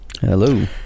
Hello